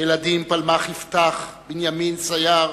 הילדים פלמח יפתח, בנימין סייר,